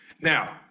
Now